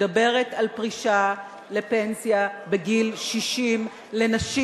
מדברת על פרישה לפנסיה בגיל 60 לנשים